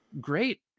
great